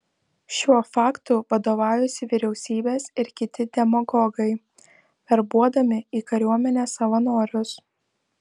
šiuo faktu vadovaujasi vyriausybės ir kiti demagogai verbuodami į kariuomenę savanorius